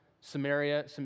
Samaria